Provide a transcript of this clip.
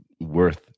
worth